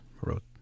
wrote